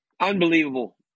Unbelievable